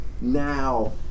now